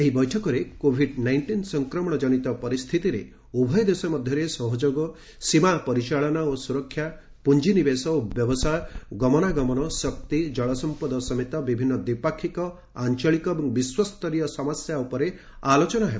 ଏହି ବୈଠକରେ covid nineteen ସଂକ୍ରମଣ ଜନିତ ପରିସ୍ଥିତିରେ ଉଭୟ ଦେଶ ମଧ୍ୟରେ ସହଯୋଗ ସୀମା ପରିଚାଳନା ଓ ସୁରକ୍ଷା ପୁଞ୍ଜିନିବେଶ ଓ ବ୍ୟବସାୟ ଗମନାଗମନ ଶକ୍ତି ଜଳସମ୍ପଦ ସମେତ ବିଭିନ୍ନ ଦ୍ୱିପାକ୍ଷିକ ଆଞ୍ଚଳିକ ଏବଂ ବିଶ୍ୱସ୍ତରୀୟ ସମସ୍ୟା ଉପରେ ଆଲୋଚନା ହେବ